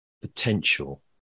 potential